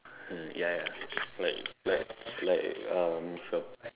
uh ya ya ya like like like um with your